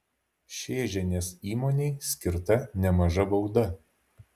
šėžienės įmonei skirta nemaža bauda